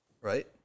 right